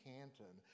Canton